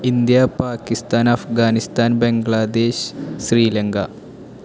India Pakistan Afghanistan Bangladesh Sri Lanka